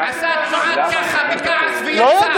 עשה תנועה ככה, בכעס, ויצא.